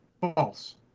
false